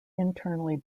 internally